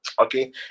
Okay